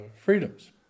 freedoms